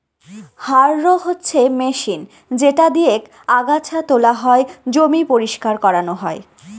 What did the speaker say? harrow হচ্ছে machine যেটা দিয়েক আগাছা তোলা হয়, জমি পরিষ্কার করানো হয়